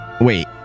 Wait